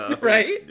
Right